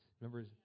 Remember